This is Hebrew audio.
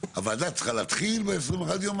הוועדה צריכה להתחיל ב-21 הימים,